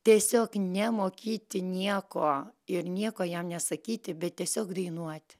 tiesiog nemokyti nieko ir nieko jam nesakyti bet tiesiog dainuoti